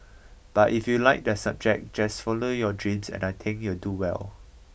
but if you like the subject just follow your dreams and I think you'll do well